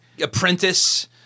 apprentice